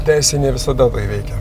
teisė ne visada tai veikia